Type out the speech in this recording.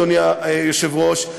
אדוני היושב-ראש,